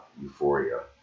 euphoria